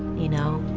you know?